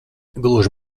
gluži